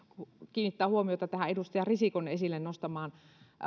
kiinnittää huomiota tähän edustaja risikon esille nostamaan